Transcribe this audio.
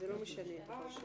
זה לא משנה את הפרשנות.